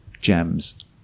gems